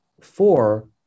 four